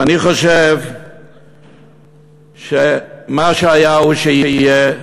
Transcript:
ואני חושב שמה שהיה הוא שיהיה.